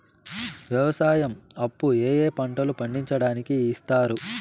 వ్యవసాయం అప్పు ఏ ఏ పంటలు పండించడానికి ఇస్తారు?